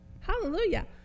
Hallelujah